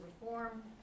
Reform